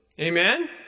Amen